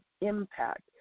impact